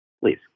Please